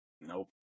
nope